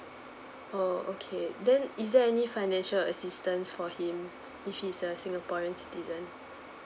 oh okay then is there any financial assistance for him if he is a singaporean citizen